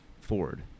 Ford